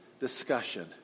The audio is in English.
discussion